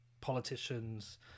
politicians